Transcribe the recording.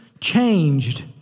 changed